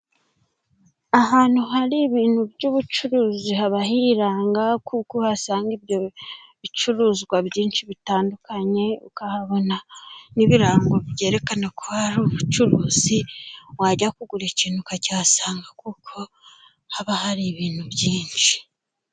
Ahantu hari ibintu by'ubucuruzi haba hiranga kuko uhasanga ibyo bicuruzwa byinshi bitandukanye, ukahabona n'ibirango byerekana ko hari ubucuruzi, wajya kugura ikintu ukakihasanga kuko haba hari ibintu byinshi.